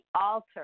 altar